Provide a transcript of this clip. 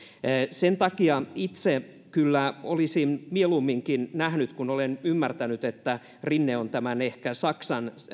sen takia itse kyllä olisin mieluumminkin nähnyt kun olen ymmärtänyt että rinne on tämän ehkä saksan